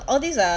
all these are